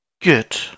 Good